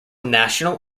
national